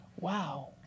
Wow